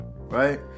right